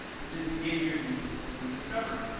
which is engaging your users and helping them discover.